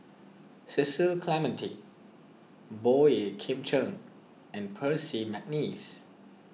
Cecil Clementi Boey Kim Cheng and Percy McNeice